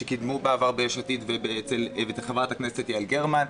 שקידמו בעבר ביש עתיד ועל ידי חברת הכנסת לשעבר יעל גרמן,